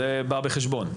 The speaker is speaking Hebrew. זה בא בחשבון,